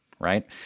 Right